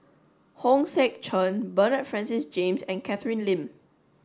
Hong Sek Chern Bernard Francis James and Catherine Lim